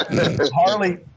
Harley